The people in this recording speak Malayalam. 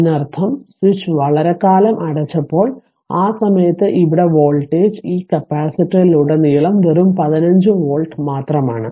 അതിനർത്ഥം സ്വിച്ച് വളരെക്കാലം അടച്ചപ്പോൾ ആ സമയത്ത് ഇവിടെ വോൾട്ടേജ് ഈ കപ്പാസിറ്ററിലുടനീളം വെറും 15 വോൾട്ട് മാത്രമാണ്